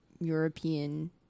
European